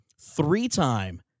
three-time